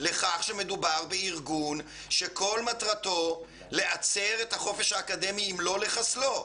לכך שמדובר בארגון שכל מטרתו להצר את החופש האקדמי אם לא לחסלו,